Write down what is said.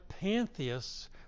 pantheists